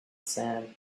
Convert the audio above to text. sand